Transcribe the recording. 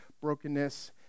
brokenness